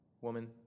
woman